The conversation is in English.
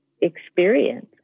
experience